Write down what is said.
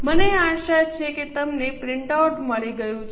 મને આશા છે કે તમને પ્રિંટઆઉટ મળી ગયું છે